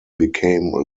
became